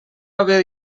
haver